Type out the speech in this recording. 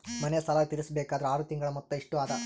ಮನೆ ಸಾಲ ತೀರಸಬೇಕಾದರ್ ಆರ ತಿಂಗಳ ಮೊತ್ತ ಎಷ್ಟ ಅದ?